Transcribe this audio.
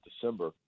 December